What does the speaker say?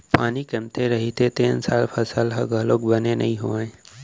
पानी कमती रहिथे तेन साल फसल ह घलोक बने नइ होवय